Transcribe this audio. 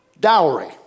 dowry